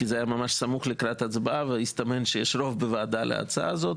זה היה סמוך להצבעה והסתמן רוב בוועדה להצעה הזאת